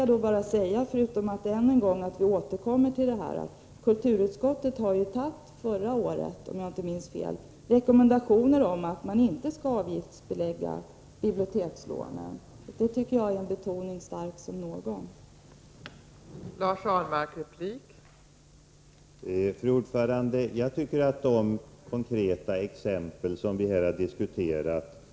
Jag vill säga än en gång till Eva Hjelmström, att kulturutskottet förra året, om jag inte minns fel, lade fram förslag till rekommendationer — som riksdagen antagit — om att man inte skall avgiftsbelägga bibliotekslånen. Jag tycker att den uppfattningen därmed har betonats starkt nog.